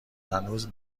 هنوز